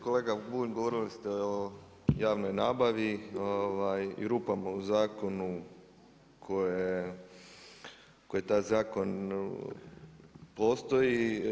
Kolega Bulj, govorili ste o javnoj nabavi i rupama u zakonu koje taj zakon postoji.